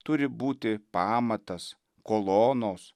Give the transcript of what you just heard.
turi būti pamatas kolonos